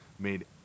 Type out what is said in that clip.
Made